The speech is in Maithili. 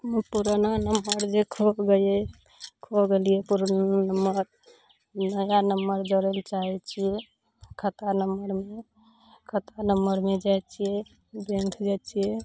पुरना नम्बर जे खो गेलै पुरना नम्बर नया नम्बर जोड़ै लए चाहै छियै खाता नम्बरमे खाता नम्बरमे जाइ छियै बैंक जाइ छियै